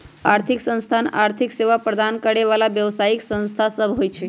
आर्थिक संस्थान आर्थिक सेवा प्रदान करे बला व्यवसायि संस्था सब होइ छै